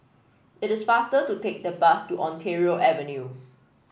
It is faster to take the bus to Ontario Avenue